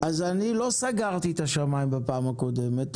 אני לא סגרתי את השמיים בפעם הקודמת,